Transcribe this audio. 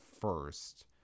first